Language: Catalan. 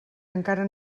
encara